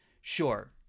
sure